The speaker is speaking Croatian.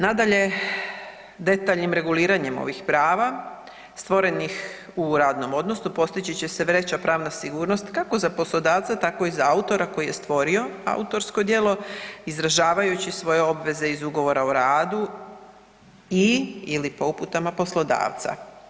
Nadalje, detaljnim reguliranjem ovih prava stvorenih u radnom odnosu postići će se veća pravna sigurnost kako za poslodavca tako i za autora koji je stvorio autorsko djelo izražavajući svoje obveze iz ugovora o radu i/ili po uputama poslodavca.